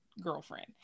girlfriend